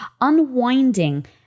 unwinding